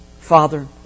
Father